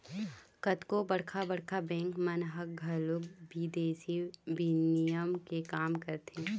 कतको बड़का बड़का बेंक मन ह घलोक बिदेसी बिनिमय के काम करथे